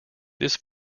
this